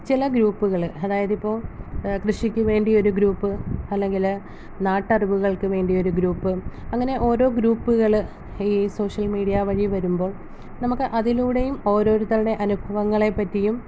ചില ഗ്രുപ്പുകള് അതായത് ഇപ്പോൾ കൃഷിക്കുവേണ്ടി ഒരു ഗ്രൂപ്പ് അല്ലെങ്കിൽ നാട്ടറിവുകൾക്ക് വേണ്ടി ഒരു ഗ്രൂപ്പ് അങ്ങനെ ഓരോ ഗ്രൂപ്പുകള് ഈ സോഷ്യൽ മീഡിയ വഴി വരുമ്പോൾ നമുക്ക് അതിലൂടെയും ഓരോരുത്തരുടെ അനുഭവങ്ങളെപ്പറ്റിയും